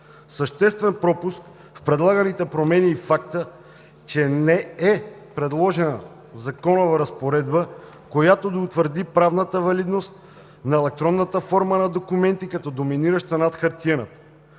Съществен пропуск в предлаганите промени е и фактът, че не е предложена законова разпоредба, която да утвърди правната валидност на електронната форма на документи като доминираща над хартиената.